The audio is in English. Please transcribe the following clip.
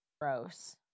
gross